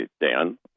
Dan